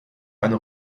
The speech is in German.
eine